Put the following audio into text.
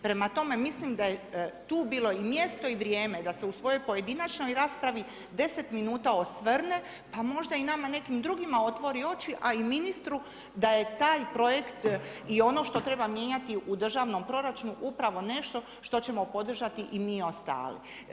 Prema tome, mislim da je tu bilo i mjesto i vrijeme da se u svojoj pojedinačnoj raspravi 10 minuta osvrne, pa možda i nama nekim drugima otvori oči, a i ministru da je taj projekt i ono što treba mijenjati u državnom proračunu upravo nešto što ćemo podržati i mi ostali.